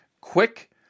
quick